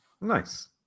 Nice